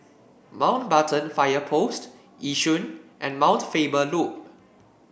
Mountbatten Fire Post Yishun and Mount Faber Loop